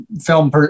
film